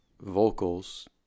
vocals